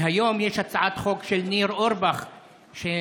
היום יש הצעת החוק של ניר אורבך שמתקנת